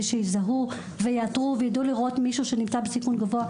שיזהו ויאתרו וידעו לראות מישהו שנמצא בסיכון גבוה.